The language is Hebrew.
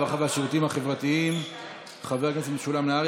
הרווחה והשירותים החברתיים חבר הכנסת משולם נהרי.